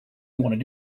wanted